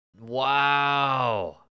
Wow